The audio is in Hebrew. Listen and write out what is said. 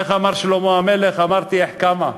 איך אמר שלמה המלך, "אמרתי אחכמה"